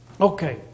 okay